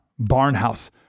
Barnhouse